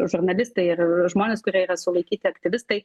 žurnalistai ir žmonės kurie yra sulaikyti aktyvistai